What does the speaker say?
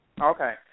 Okay